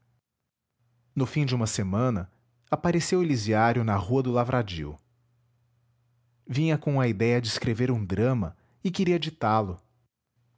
no fim de uma semana apareceu elisiário na rua do lavradio vinha com a idéia de escrever um drama e queria ditá lo